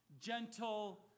gentle